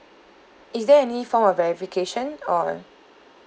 is there any form of verification or